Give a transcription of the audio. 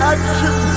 Action